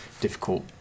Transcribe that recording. difficult